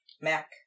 MAC